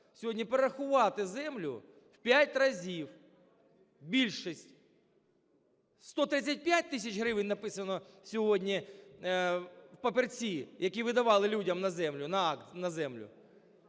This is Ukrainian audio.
сьогодні перерахувати землю в 5 разів, більшість 135 тисяч гривень написано сьогодні в папірці, які видавали людям на землю, на акт… на землю,